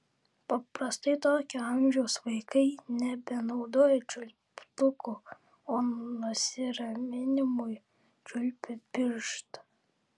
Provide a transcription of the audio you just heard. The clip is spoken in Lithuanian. paprastai tokio amžiaus vaikai nebenaudoja čiulptukų o nusiraminimui čiulpia pirštą